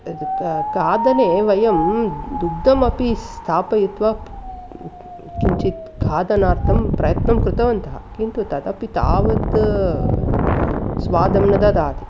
यद् क खादने वयं दुग्धमपि स्थापयित्वा किञ्चित् खादनार्थं प्रयत्नं कृतवन्तः किन्तु तदपि तावत् स्वादं न ददाति